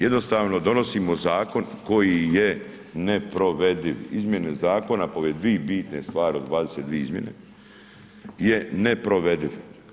Jednostavno donosimo zakon koji je neprovediv, izmjene zakona, pored dvije bitne stvari, od 22 izmjene je neprovediv.